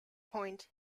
point